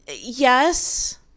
yes